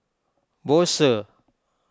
Bose